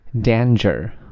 Danger